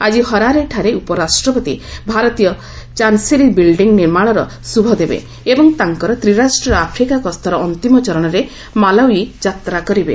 ଆଜି ହରାରେଠାରେ ଉପରାଷ୍ଟ୍ରପତି ଭାରତୀୟ ଚାନ୍ସେରୀ ବିଲ୍ଡିଂ ନିର୍ମାଣର ଶୁଭ ଦେବେ ଏବଂ ତାଙ୍କର ତ୍ରିରାଷ୍ଟ୍ରୀୟ ଆଫ୍ରିକା ଗସ୍ତର ଅନ୍ତିମ ଚରଣରେ ମାଲାଓ୍ବି ଯାତ୍ରା କରିବେ